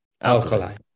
Alkaline